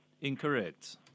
Incorrect